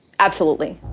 absolutely.